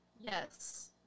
yes